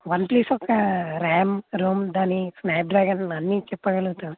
one plus యొక్క RAM ROM దాని Snapdragon అన్నీ చెప్పగలుగుతారా